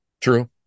True